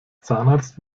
zahnarzt